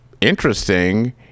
interesting